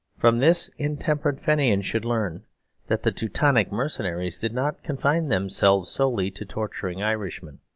from this intemperate fenians should learn that the teutonic mercenaries did not confine themselves solely to torturing irishmen.